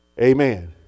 Amen